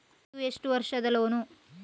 ಇದು ಎಷ್ಟು ವರ್ಷದ ಲೋನ್?